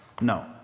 No